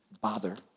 bother